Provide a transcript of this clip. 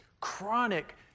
chronic